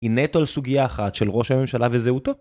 היא נטו על סוגיה אחת של ראש הממשלה וזהותו?